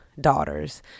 Daughters